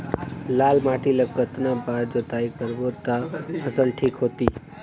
लाल माटी ला कतना बार जुताई करबो ता फसल ठीक होती?